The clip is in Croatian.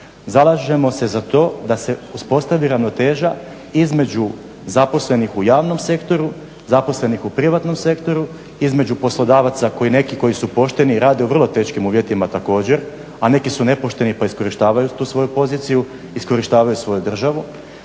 Zalažemo se za to da se uspostavi ravnoteža između zaposlenih u javnom sektoru, zaposlenih u privatnom sektoru, između poslodavaca nekih koji su pošteni i rade u vrlo teškim uvjetima također, a neki su nepošteni pa iskorištavaju tu svoju poziciju, iskorištavaju svoju državu